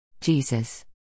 Jesus